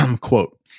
quote